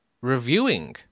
reviewing